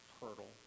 hurdle